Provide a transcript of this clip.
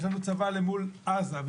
יש לנו צבא למול עזה.